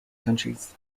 countries